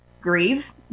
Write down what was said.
grieve